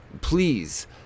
please